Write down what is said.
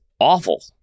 awful